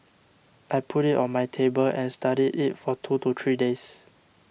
I put it on my table and studied it for two to three days